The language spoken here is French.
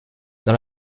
dans